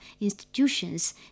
institutions